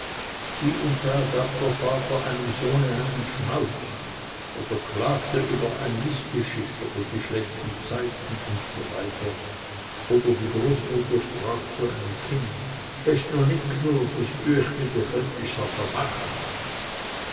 hie und da gab der vater einem sohne einen schnauz oder klagte über ein mißgeschick oder die schlechten zeiten usw oder die großmutter sprach zu einem der kinder hest no nit